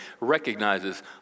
recognizes